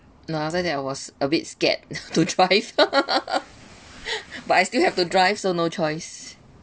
no after that I was a bit scared to drive but I still have to drive so no choice